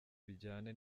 bijyanye